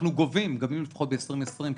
אנחנו גובים ב-2020 גבינו לפחות כ-310